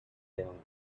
living